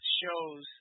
shows